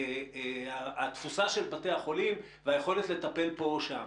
של התפוסה של בתי החולים, והיכולת לטפל פה, או שם.